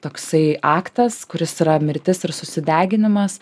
toksai aktas kuris yra mirtis ir susideginimas